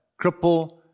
cripple